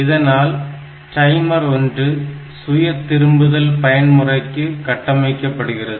இதனால் டைமர் 1 சுய திரும்புதல் பயன்முறைக்கு கட்டமைக்கப்படுகிறது